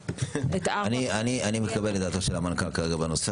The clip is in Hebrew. אני מקבל את דעתו של המנכ"ל בנושא.